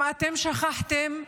אם שכחתם,